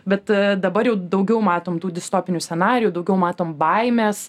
bet dabar jau daugiau matom tų distopijų scenarijų daugiau matom baimės